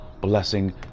blessing